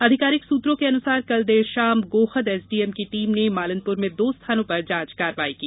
आधिकारिक सूत्रों के अनुसार कल देर शाम गोहद एसडीएम की टीम ने मालनपुर में दो स्थानों पर जांच कार्यवाही की